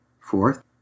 Fourth